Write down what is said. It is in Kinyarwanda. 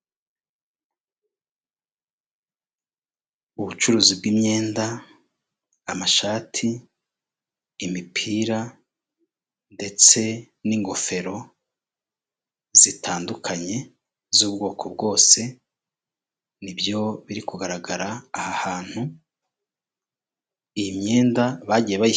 Ni umuhanda uri aho abaturage batuye werekana ko hari icyapa kiri bukate iburyo muri metero mirongo ine uvuye aho icyapa giherereye ugomba kugenda gake kugirango